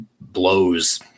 blows